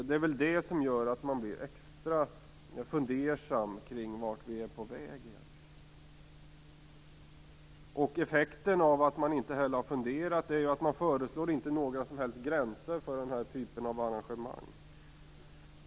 Det är väl detta som gör att man blir extra fundersam över vart vi är på väg. Effekten av att man inte har funderat är att det inte föreslås några som helst gränser för den typen av arrangemang.